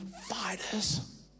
fighters